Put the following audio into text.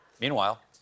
Meanwhile